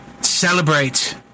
celebrate